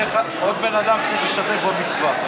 עוד בן אדם צריך להשתתף במצווה.